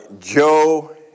Joe